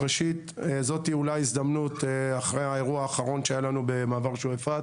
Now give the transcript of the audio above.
ראשית זאת אולי הזדמנות אחרי האירוע האחרון שהיה לנו במעבר שועפט